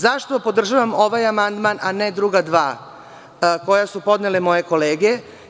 Zašto podržavam ovaj amandman, a ne druga dva koje su podnele moje kolege?